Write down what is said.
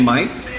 Mike